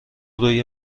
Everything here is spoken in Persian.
روی